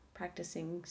practicing